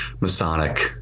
Masonic